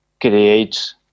creates